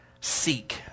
seek